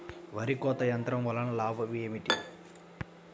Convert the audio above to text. వరి కోత యంత్రం వలన లాభం ఏమిటి?